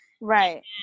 Right